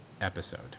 episode